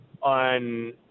on